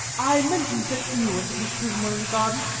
i mentioned that you and miss prism were in the garden.